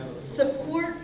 support